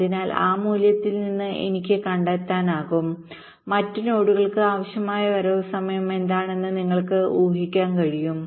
അതിനാൽ ആ മൂല്യത്തിൽ നിന്ന് എനിക്ക് കണ്ടെത്താനാകും മറ്റ് നോഡുകൾക്ക് ആവശ്യമായ വരവ് സമയം എന്താണെന്ന് നിങ്ങൾക്ക് ഊ ഹിക്കാൻ കഴിയും